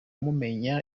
mumenya